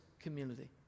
community